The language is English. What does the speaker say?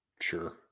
sure